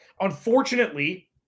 Unfortunately